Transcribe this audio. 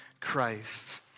Christ